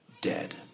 Dead